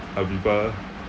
aviva